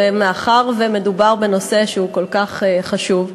ומאחר שמדובר בנושא כל כך חשוב,